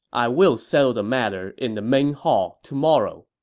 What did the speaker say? i will settle the matter in the main hall tomorrow.